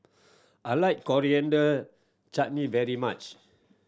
I like Coriander Chutney very much